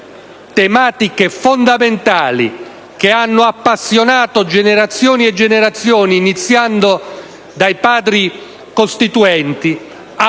tematiche fondamentali che hanno appassionato generazioni e generazioni, iniziando dai Padri costituenti,